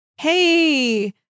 hey